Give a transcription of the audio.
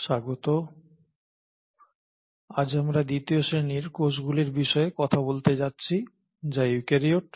স্বাগত আজ আমরা দ্বিতীয় শ্রেণির কোষগুলির বিষয়ে কথা বলতে যাচ্ছি যা ইউক্যারিওট